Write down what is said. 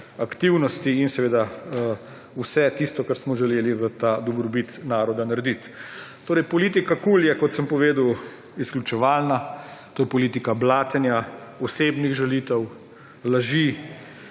aktivnosti in vse tisto, kar smo želeli v dobrobit naroda narediti. Torej, polika KUL je, kot sem povedal, izključevalna, to je politika blatenja, osebnih žalitev, laži.